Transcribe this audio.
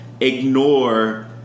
ignore